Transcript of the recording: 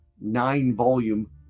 nine-volume